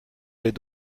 est